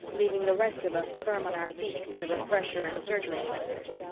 leaving the rest of us firm on our feet in the refresher and surgery sectors.